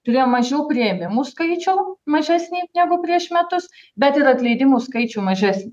turėjom mažiau priėmimų skaičių mažesnį negu prieš metus bet ir atleidimų skaičių mažesnį